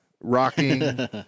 Rocking